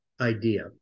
idea